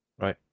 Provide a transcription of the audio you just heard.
right